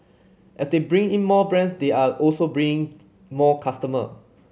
as they bring in more brands they are also bring more customer